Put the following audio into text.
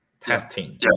testing